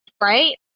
right